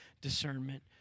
discernment